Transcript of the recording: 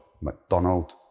McDonald